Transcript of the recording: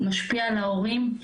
משפיע על ההורים,